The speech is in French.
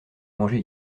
manger